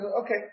Okay